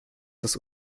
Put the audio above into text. das